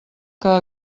que